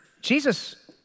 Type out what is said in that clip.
Jesus